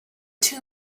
two